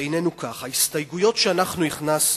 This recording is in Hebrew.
ההסתייגויות שאנחנו הכנסנו,